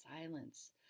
silence